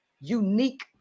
unique